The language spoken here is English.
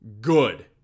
Good